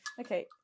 Okay